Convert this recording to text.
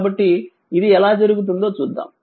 కాబట్టి ఇది ఎలా జరుగుతుందో చూద్దాం